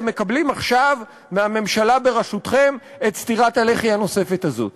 הם מקבלים עכשיו מהממשלה בראשותכם את סטירת הלחי הנוספת הזאת.